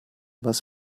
was